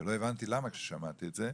ולא הבנתי למה כששמעתי את זה.